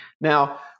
Now